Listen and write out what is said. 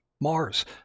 mars